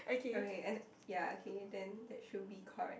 okay and ya okay and then that should be correct